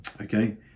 Okay